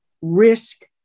risk